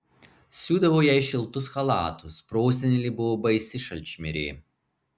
siūdavo jai šiltus chalatus prosenelė buvo baisi šalčmirė